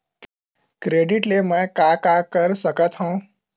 Credit ले मैं का का कर सकत हंव?